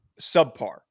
subpar